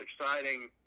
exciting